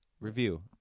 Review